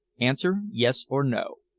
answer yes or no.